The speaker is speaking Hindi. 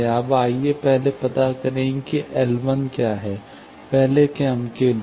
अब आइए पहले यह पता करें कि L क्या हैं पहले क्रम के लूप